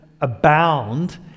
abound